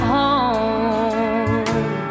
home